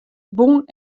bûn